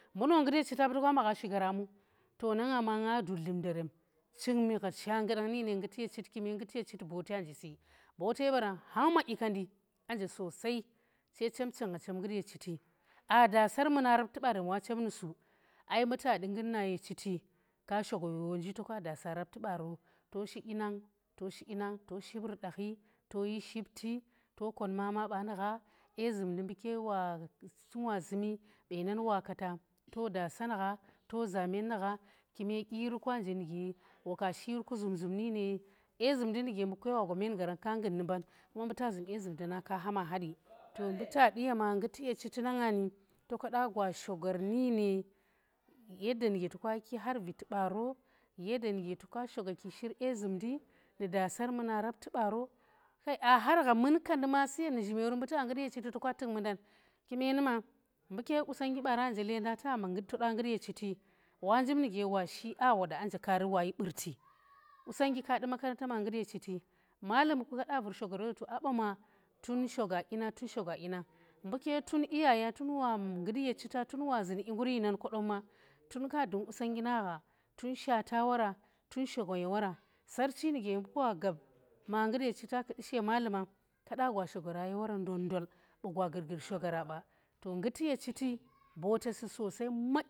Mbu no ngut ye chita ba toka magham shigara mu to na nga ma nga dud dlumnderem, chin mi gha shannggudang nine nguti ye chiti, kume nguti ye chiti botya nje si, bote baran hang madyi kaa ndi aa nje sosai sai chem ching gha chem ngut ye chiti, aa dasar mana rapti barem ea chem nusu ai mbu ta di ngut na ye chiti kashoga yor wonji toka daasa rapti baaro to shi dyi nang to shi dyinang to shi dyir nang to ship rudakhi to yi shipti, to kodma maa ba nu gha dye zumndi mbuke wa- tun wa zumi benan wa kaata to daasan ghaito zamen nu gha, kimedyiri kwa nje nu ge waka shi yir ku zum zum nine dye zumndi nuge mbu ke wa gwa men nggaran ka ngut nu mban kuma mbu ke ta zum dye zumndi na kaha ma hadi to mbu taɗi ma ghut ya chitti nangan ndi to toka yi ki har viti baaro yada nuge toka shoga ki shir dye zum ndi nu daasar muna rapti baaro kai aa har gha mun kendi ma siyen nu zhimero mbu ta ngut ye chiti to ka tuk mundan kumenuma, mbuke qusonnggi bara nje lendang tama ngut toda ngut ye chiti wa njib nu ge waa shi aa wada aa nje kaari wa yi burti qusonnggi ka du makaranta ma ngut ye chiti, malumku kada vur shogar yoza to a bama tun shoga dyi na tun shoga dyi na, mbu ke tun iyayen tunwa ngut ye chita tun wa zun dyi ngut yi nan kodomma rtun ka dung qusonnggi na gha, tun shata waa ra tun shoga ye wora, sarchi nuge mbu wa gab ma ngut ye chita kudu she maluma kada gwa shogara ye wor ndon ndol, bu gwa gurgur shogara ba to nguti ye chiti.